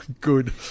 Good